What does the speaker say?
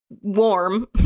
warm